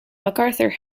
macarthur